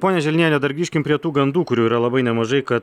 ponia želniene dar grįžkim prie tų gandų kurių yra labai nemažai kad